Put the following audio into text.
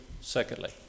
Secondly